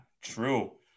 true